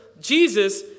Jesus